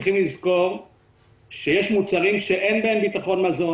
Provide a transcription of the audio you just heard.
צריך לזכור שיש מוצרים שאין בהם ביטחון מזון